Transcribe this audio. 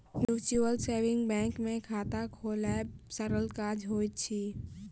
mutual saving bank मे खाता खोलायब सरल काज होइत अछि